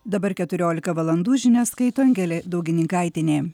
dabar keturiolika valandų žinias skaito angelė daugininkaitienė